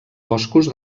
boscos